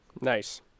nice